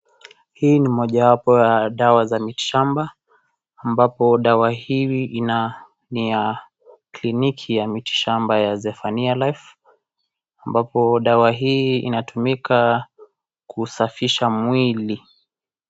Hii ni mojawapo ya dawa za miti shamba, ambapo dawa hii ni ya kiliniki ya miti shamba ya Zephania Life ambapo dawa hi inatumika kusafisha mwili.